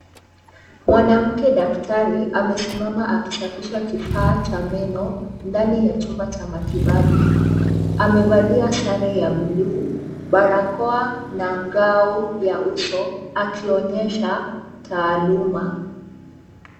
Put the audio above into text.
Mwanamke daktari amesimama akisafisha kifaa cha meno ndani ya chumba cha matibabu. Amevalia sare ya bluu, barakoa na ngao ya uso akionyesha taaluma.